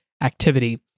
activity